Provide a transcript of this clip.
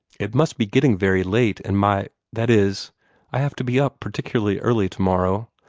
it must be getting very late, and my that is i have to be up particularly early tomorrow.